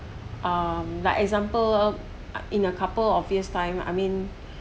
um like example ah in a couple of years time I mean